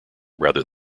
rather